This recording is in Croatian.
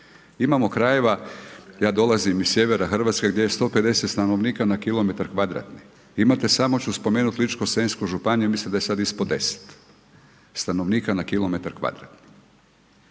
Imamo krajeva, ja dolazim iz sjevera Hrvatske gdje je 150 stanovnika na kilometar kvadratnih. Vi imate, samo ću spomenuti Ličko senjsku županiju, mislim da je sad ispod 10 stanovnika na km/kvadratni.